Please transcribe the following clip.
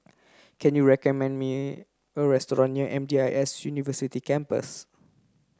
can you recommend me a restaurant near M D I S University Campus